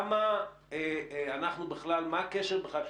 מה הקשר בכלל?